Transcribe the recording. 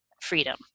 freedom